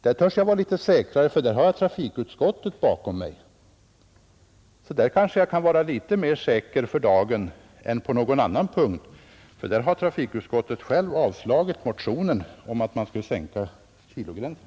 Där törs jag vara litet säkrare eftersom jag har trafikutskottet bakom mig, och trafikutskottet har ju avstyrkt motionen om att man skulle sänka viktgränsen.